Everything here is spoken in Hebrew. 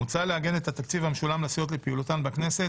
מוצע לעגן את התקציב המשולם לסיעות לפעילותן בכנסת